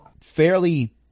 fairly